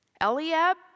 Eliab